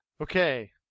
okay